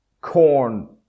Corn